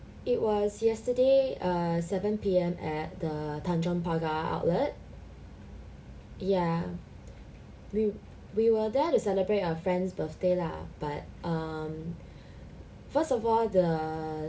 it was yesterday err seven P_M at the tanjong pagar outlet ya we we were there to celebrate our friend's birthday lah but um first of all the